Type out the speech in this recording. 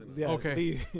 Okay